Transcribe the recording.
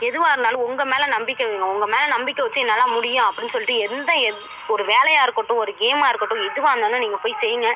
எதுவாக இருந்தாலும் உங்கள் மேலே நம்பிக்கை வைங்க உங்கள் மேலே நம்பிக்கை வச்சி என்னால் முடியும் அப்படின்னு சொல்லிட்டு எந்த எந் ஒரு வேலையாக இருக்கட்டும் ஒரு கேம்மாக இருக்கட்டும் எதுவாக இருந்தாலும் நீங்கள் போய் செய்ங்க